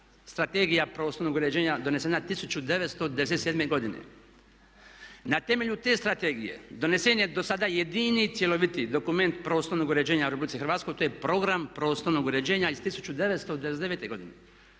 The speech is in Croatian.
Strategija prostornog uređenja donesena 1997. godine. Na temelju te strategije donesen je do sada jedini cjeloviti dokument prostornog uređenja u RH, to je program prostornog uređenja iz 1999. godine.